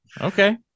okay